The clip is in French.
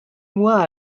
moi